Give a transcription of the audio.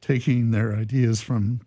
taking their ideas from